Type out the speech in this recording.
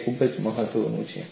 તે ખૂબ મહત્વનું છે